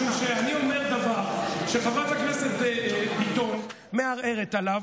משום שאני אומר דבר שחברת הכנסת ביטון מערערת עליו.